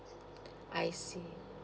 I see